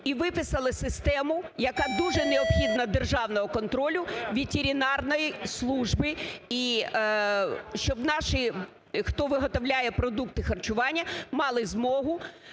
і виписали систему, яка дуже необхідна, державного контролю ветеринарної служби і щоб наші, хто виготовляє продукти харчування, мали змогу